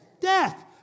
death